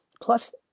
plus